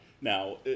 Now